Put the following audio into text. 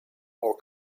more